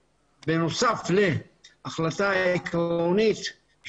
הוא מדגים את הבעיות החריפות והכואבות של